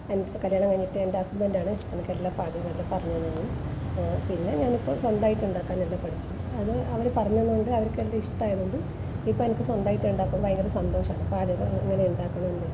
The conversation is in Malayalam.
ഞാനിപ്പം കല്യാണം കഴിഞ്ഞിട്ട് എൻ്റെ ഹസ്ബൻഡാണ് എനിക്കെല്ലാം പാചകങ്ങളും പറഞ്ഞ് തന്നത് പിന്നെ ഞാനിപ്പം സ്വന്തമായിട്ട് ഉണ്ടാക്കാനൊക്കെ പഠിച്ചു അത് അവര് പറഞ്ഞ് തന്നത് കൊണ്ട് അവർക്കു ഇഷ്ടമായത് കൊണ്ട് ഇപ്പോൾ എനിക്ക് സ്വന്തമായിട്ട് ഉണ്ടാക്കാൻ ഭയങ്കര സന്തോഷമുണ്ട് പാചകം എങ്ങനെ ഉണ്ടാക്കണം